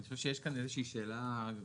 אני חושב שיש פה איזושהי שאלה רוחבית.